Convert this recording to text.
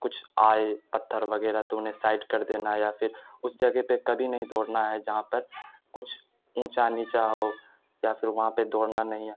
کچھ آئے پتھر وغیرہ تو انہیں سائڈ کر دینا یا پھر اس جگہ پہ کبھی نہیں دوڑنا ہے جہاں پر کچھ اونچا نیچا ہو یا پھر وہاں پہ دوڑنا نہیں ہے